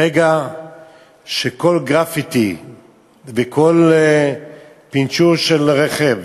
ברגע שכל גרפיטי וכל פינצ'ור של רכב